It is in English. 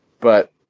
But-